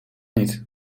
niet